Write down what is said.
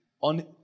on